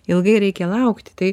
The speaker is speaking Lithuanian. ilgai reikia laukti tai